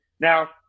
now